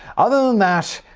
other than that,